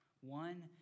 One